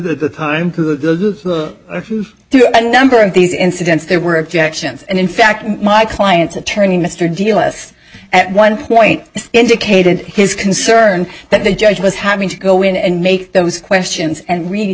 through a number of these incidents there were objections and in fact my client's attorney mr d l s at one point indicated his concern that the judge was having to go in and make those questions and read